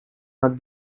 not